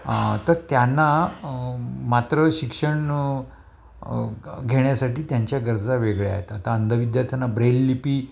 तर त्यांना मात्र शिक्षण घेण्यासाठी त्यांच्या गरजा वेगळ्या आहेत आता अंध विद्यार्थ्यांना ब्रेल लिपी